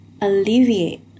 alleviate